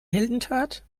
heldentat